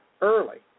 early